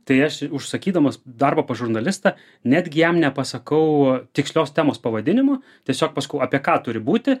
tai aš užsakydamas darbą pas žurnalistą netgi jam nepasakau tikslios temos pavadinimo tiesiog pasakau apie ką turi būti